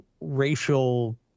racial